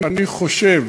אני חושב